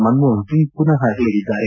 ಮನಮೋಹನ್ ಸಿಂಗ್ ಮನಃ ಹೇಳಿದ್ದಾರೆ